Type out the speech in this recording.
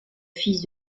fils